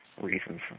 reasons